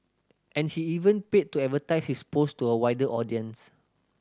and he even paid to advertise his post to a wider audience